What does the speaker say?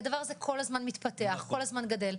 כי הדבר הזה כל הזמן מתפתח כל הזמן גדל,